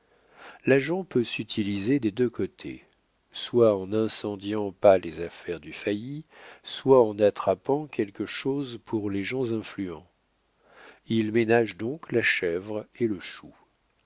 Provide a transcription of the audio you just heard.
cachés l'agent peut s'utiliser des deux côtés soit en n'incendiant pas les affaires du failli soit en attrapant quelque chose pour les gens influents il ménage donc la chèvre et le chou